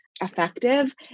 effective